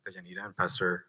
Pastor